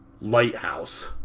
lighthouse